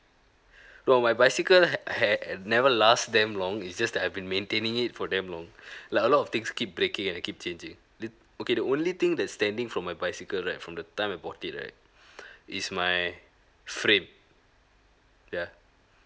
no my bicycle h~ had never last damn long is just that I've been maintaining it for damn long like a lot of things keep breaking and I keep changing lit~ okay the only thing that's standing from my bicycle right from the time I bought it right is my frame ya